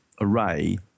array